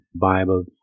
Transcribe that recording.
Bible